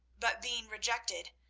but being rejected,